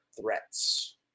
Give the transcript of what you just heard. threats